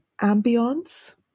ambience